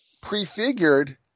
prefigured